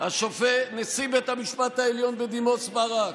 נשיא בית המשפט העליון בדימוס ברק,